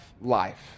life